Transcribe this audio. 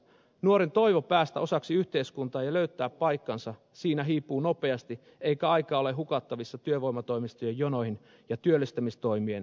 nuoren toivo päästä osaksi yhteiskuntaa ja löytää paikkansa siinä hiipuu nopeasti eikä aikaa ole hukattavissa työvoimatoimistojen jonoihin ja työllistämistoimien hitauteen